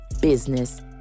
business